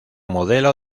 modelo